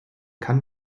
kann